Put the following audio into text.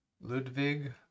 Ludwig